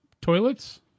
toilets